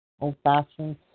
old-fashioned